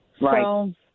Right